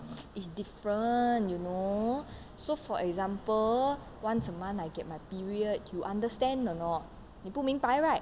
it's different you know so for example once a month I get my period you understand or not 你不明白 right